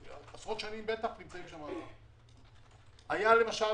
היה הליך שננקט על ידי ועדת החמישה כאנשים,